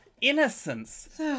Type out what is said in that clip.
innocence